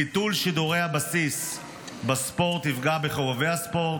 ביטול שידורי הבסיס בספורט יפגע בחובבי הספורט,